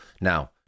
Now